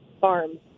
farms